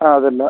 ആ അതില്ല